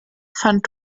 fand